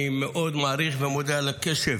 אני מאוד מעריך את הקשב